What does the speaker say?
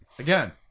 Again